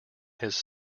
his